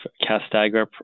Castagra